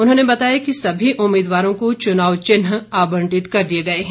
उन्होंने बताया कि सभी उम्मीदवारों को चुनाव चिन्ह आबंटित कर दिए गए हैं